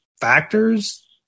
factors